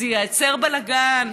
זה ייצר בלגן,